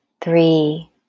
three